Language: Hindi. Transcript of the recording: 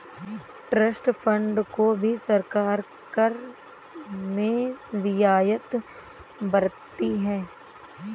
ट्रस्ट फंड्स को भी सरकार कर में रियायत बरतती है